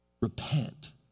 Repent